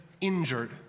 injured